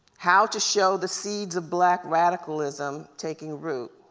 how to show the seeds of black radicalism taking root?